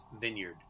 Vineyard